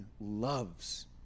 loves